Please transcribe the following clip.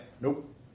Nope